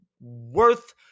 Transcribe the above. worth